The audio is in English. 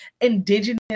indigenous